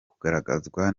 kugaragazwa